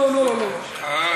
לא, לא, לא, לא, לא.